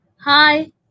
Hi